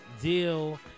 deal